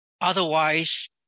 otherwise